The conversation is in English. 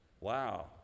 wow